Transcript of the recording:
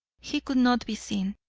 he could not be seen.